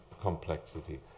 complexity